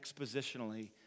expositionally